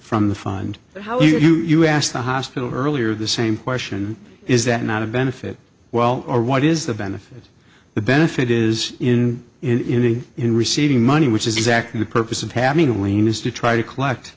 from the fund how you asked the hospital earlier the same question is that not of benefit well or what is the benefit the benefit is in in a in receiving money which is exactly the purpose of having a willingness to try to collect